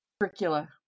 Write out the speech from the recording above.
curricula